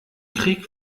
krieg